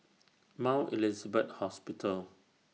Mount Elizabeth Hospital